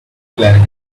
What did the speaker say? clarinet